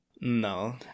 no